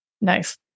Nice